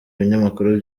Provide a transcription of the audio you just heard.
ibinyamakuru